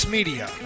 Media